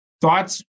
Thoughts